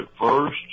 first